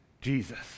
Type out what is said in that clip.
Jesus